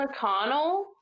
McConnell